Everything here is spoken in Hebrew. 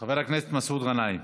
חבר הכנסת מסעוד גנאים.